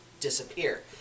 disappear